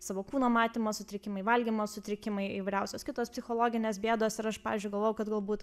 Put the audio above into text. savo kūno matymo sutrikimai valgymo sutrikimai įvairiausios kitos psichologinės bėdos ir aš pavyzdžiui galvojau kad galbūt